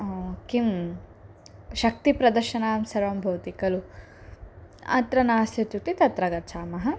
किं शक्तिप्रदर्शनां सर्वं भवति खलु अत्र नास्तित्युक्ते तत्र गच्छामः